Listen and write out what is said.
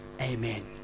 Amen